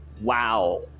Wow